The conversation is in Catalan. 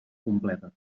completa